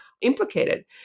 implicated